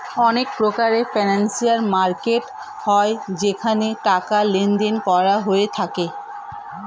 অনেক প্রকারের financial market হয় যেখানে টাকার লেনদেন করা হয়ে থাকে